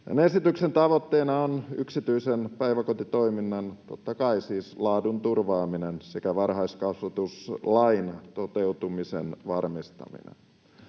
Tämän esityksen tavoitteena on siis, totta kai, yksityisen päiväkotitoiminnan laadun turvaaminen sekä varhaiskasvatuslain toteutumisen varmistaminen.